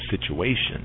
situation